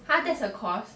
!huh! that's a course